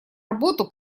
работу